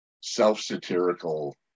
self-satirical